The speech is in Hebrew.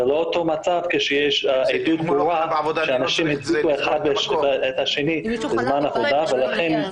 זה לא אותו מצב כשיש ריכוז גבוה שאנשים הדביקו אחד את השני בזמן עבודה.